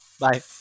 Bye